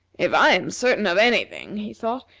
if i am certain of any thing, he thought,